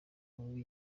muri